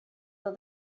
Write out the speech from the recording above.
that